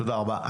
תודה רבה.